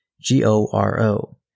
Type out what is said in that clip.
G-O-R-O